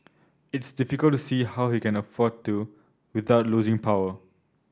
it's difficult to see how he can afford to without losing power